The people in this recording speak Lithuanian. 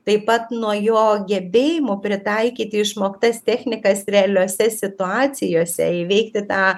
taip pat nuo jo gebėjimo pritaikyti išmoktas technikas realiose situacijose įveikti tą